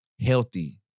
healthy